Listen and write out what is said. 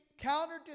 Counter